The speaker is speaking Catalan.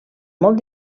molt